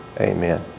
Amen